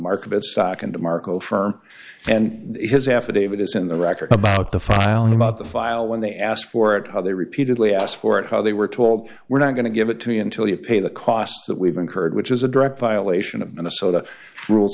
market stock and de marco firm and his affidavit is in the record about the filing about the file when they asked for it how they repeatedly asked for it how they were told we're not going to give it to me until you pay the costs that we've incurred which is a direct violation of minnesota rules